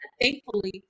thankfully